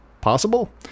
possible